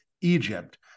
Egypt